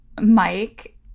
Mike